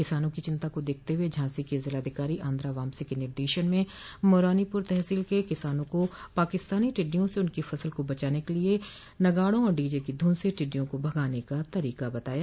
किसानों की चिंता को देखते हुए झांसी की जिलाधिकारी आंद्रा वामसी के निर्देशन में मऊरानीपुर तहसील क्षेत्र के किसानों को पाकिस्तानी टिड्डियों से उनकी फसल बचाने के लिए नगाड़ों व डीजे की धुन स टिड्डियों को भगाने का तरीका बताया